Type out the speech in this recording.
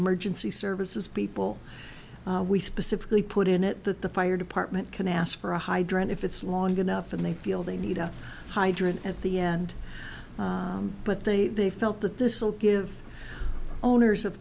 emergency services people we specifically put in it that the fire department can ask for a hydrant if it's long enough and they feel they need a hydrant at the end but they they felt that this will give owners of